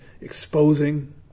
exposing